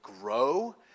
grow